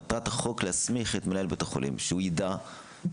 מטרת החוק להסמיך את מנהל בית החולים שהוא ידע לנהוג